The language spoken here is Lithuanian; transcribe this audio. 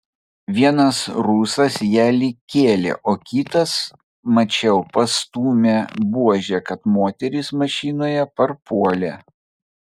vienas rusas ją lyg kėlė o kitas mačiau pastūmė buože kad moteris mašinoje parpuolė